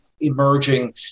emerging